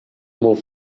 molt